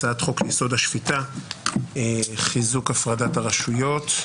הצעת חוק-יסוד: השפיטה (חיזוק הפרדת הרשויות).